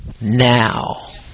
now